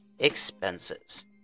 expenses